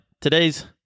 today's